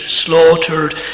slaughtered